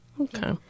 Okay